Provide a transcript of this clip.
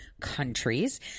countries